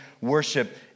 worship